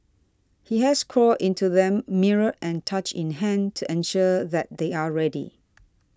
he has crawled into them mirror and torch in hand to ensure that they are ready